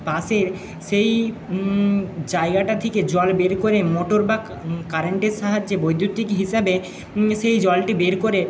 পাশের সেই জায়গাটা থেকে জল বের করে মোটর বা কারেন্টের সাহায্যে বৈদ্যুতিক হিসাবে সেই জলটি বের করে